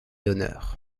honneur